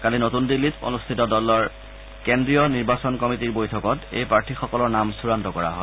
কালি নতুন দিল্লীত অনুষ্ঠিত দলৰ কেন্দ্ৰীয় নিৰ্বাচন কমিটীৰ বৈঠকত এই প্ৰাৰ্থীসকলৰ নাম চূড়ান্ত কৰা হয়